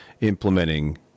implementing